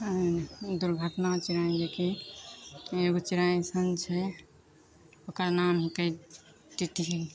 दुर्घटना चाहेकि एगो चिड़ै अइसन छै ओकर नाम हिकै टिटही